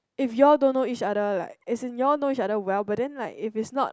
if you all don't know each other like as is you all know each other well but then like if is not